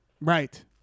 right